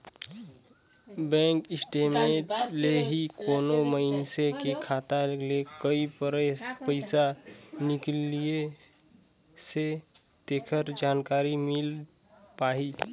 bank statement ले ही कोनो मइनसे के खाता ले कब पइसा निकलिसे तेखर जानकारी मिल पाही